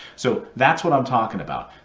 so that's what i'm talking about,